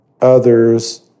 others